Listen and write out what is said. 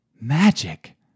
Magic